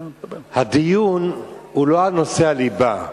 הדיון הוא לא על נושא הליבה,